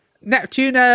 Neptune